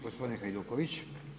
g. Hajduković.